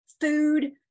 food